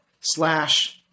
slash